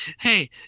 Hey